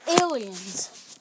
aliens